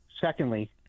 Secondly